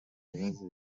bibazo